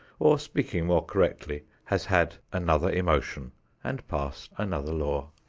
or, speaking more correctly, has had another emotion and passed another law.